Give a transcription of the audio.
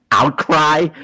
outcry